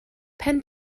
pen